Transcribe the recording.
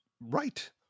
Right